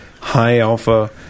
high-alpha